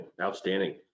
outstanding